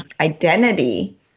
identity